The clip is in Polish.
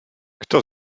kto